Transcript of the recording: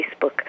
Facebook